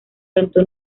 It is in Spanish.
cantó